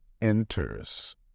enters